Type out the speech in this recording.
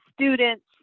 students